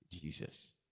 Jesus